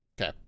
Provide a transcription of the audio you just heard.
okay